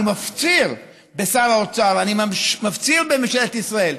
אני מפציר בשר האוצר, אני מפציר בממשלת ישראל.